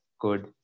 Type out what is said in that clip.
good